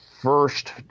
first